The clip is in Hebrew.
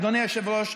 אדוני היושב-ראש,